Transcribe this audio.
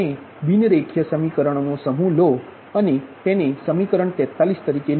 તમે બીન રેખીય સમીકરણોનો સમૂહ લો અને તેને સમીકરણ 43 તરીકે લો